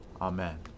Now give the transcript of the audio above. Amen